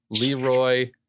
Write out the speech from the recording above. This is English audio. Leroy